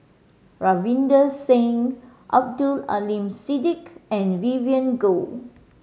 Ravinder Singh Abdul Aleem Siddique and Vivien Goh